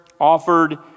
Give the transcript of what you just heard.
offered